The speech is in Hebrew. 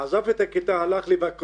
עזב את הכיתה, הלך לבקרו,